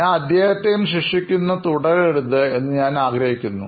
ഞാൻ അദ്ദേഹത്തെ ഇങ്ങനെ ശിക്ഷിക്കുന്നത് തുടരരുത് എന്ന് ഞാൻ ആഗ്രഹിക്കുന്നു